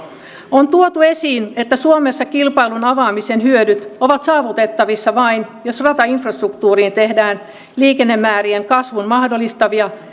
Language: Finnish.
on tuotu esiin että suomessa kilpailun avaamisen hyödyt ovat saavutettavissa vain jos ratainfrastruktuuriin tehdään liikennemäärien kasvun mahdollistavia